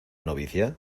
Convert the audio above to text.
novicia